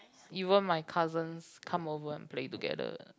even my cousins come over and play together